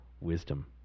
wisdom